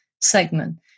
segment